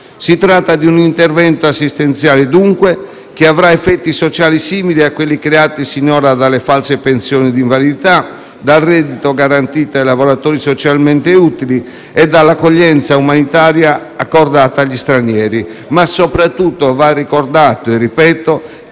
Si tratta di un intervento assistenziale dunque, che avrà effetti sociali simili a quelli creati sinora dalle false pensioni di invalidità, dal reddito garantito ai lavoratori socialmente utili e dall'accoglienza umanitaria accordata agli stranieri. Ma soprattutto va ricordato - e lo ripeto